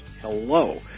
Hello